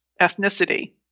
ethnicity